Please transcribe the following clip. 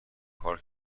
کار